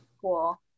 cool